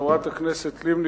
חברת הכנסת לבני,